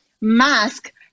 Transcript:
mask